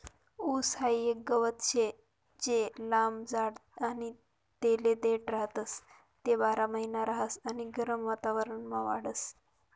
ऊस हाई एक गवत शे जे लंब जाड आणि तेले देठ राहतस, ते बारामहिना रहास आणि गरम वातावरणमा वाढस